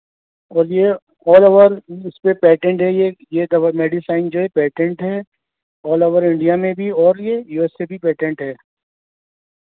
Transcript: اور یہ all over اس پہ پیٹینٹ ہے یہ یہ دوا میڈیسائن جو ہے پیٹینٹ ہے آل اوور انڈیا میں بھی اور یہ یو ایس سے بھی پیٹینٹ ہے